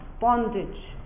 bondage